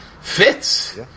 fits